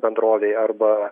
bendrovei arba